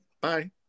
Bye